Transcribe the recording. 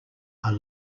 are